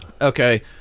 Okay